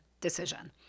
decision